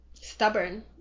Stubborn